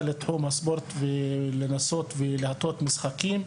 לתחום הספורט במטרה לנסות ולהטות משחקים.